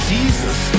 Jesus